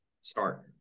start